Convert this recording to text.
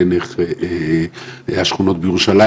השכונות בירושלים?